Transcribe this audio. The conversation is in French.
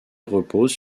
repose